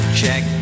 check